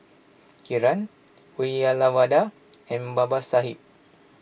Kiran Uyyalawada and Babasaheb